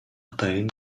атайын